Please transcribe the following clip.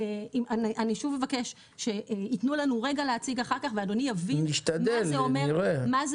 אני שוב אבקש שייתנו לנו רגע להציג אחר כך ואדוני יבין מה זה אומר